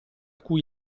cui